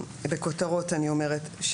בכותרות אני אומרת,